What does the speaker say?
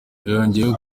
yongeyeho